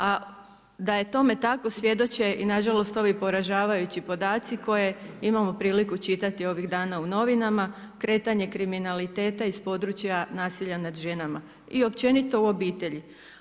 A da je tome tako svjedoče i na žalost ovi poražavajući podaci koje imamo priliku čitati ovih dana u novinama, kretanje kriminaliteta iz područja nasilja nad ženama i općenito u obitelji.